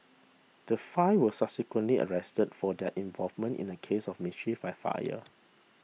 the five were subsequently arrested for their involvement in a case of mischief by fire